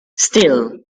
still